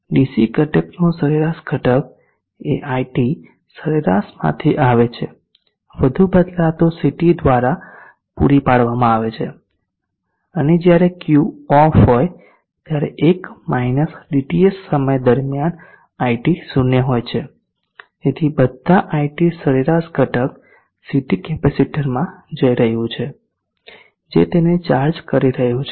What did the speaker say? DC ઘટકનો સરેરાશ ઘટક એ iT સરેરાશ માંથી આવે છે વધુ બદલાતો ઘટક CT દ્રારા પૂરી પાડવામાં આવે છે અને જ્યારે Q ઓફ હોય ત્યારે 1 dTS સમય દરમ્યાન iT શૂન્ય હોય છે તેથી બધા IT સરેરાશ ઘટક CT કેપેસિટરમાં જઈ રહ્યું છે જે તેને ચાર્જ કરી રહ્યું છે